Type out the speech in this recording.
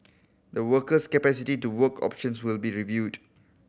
the worker's capacity to work options will be reviewed